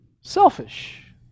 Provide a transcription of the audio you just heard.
selfish